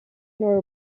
nor